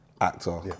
actor